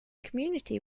community